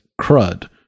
crud